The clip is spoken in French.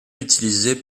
utilisés